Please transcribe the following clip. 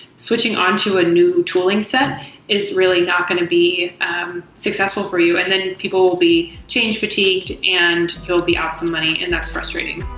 switching on to a new tooling set is really not going to be successful for you and then people will be change fatigued and you'll be out some money, and that's frustrating.